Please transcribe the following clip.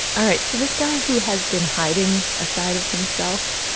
all right. so this guy who has been hiding a side of himself?